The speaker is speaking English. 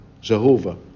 Jehovah